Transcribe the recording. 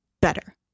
better